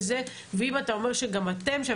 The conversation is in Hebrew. ואם אתה אומר שגם אתם שם,